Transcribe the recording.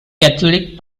catholic